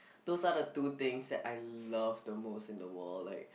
those are the two things that I love the most in the world like